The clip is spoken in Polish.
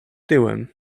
tyłem